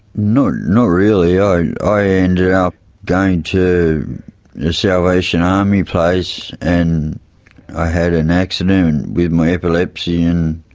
not you know really. i i ended up going to a salvation army place, and i had an accident with my epilepsy and